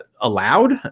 allowed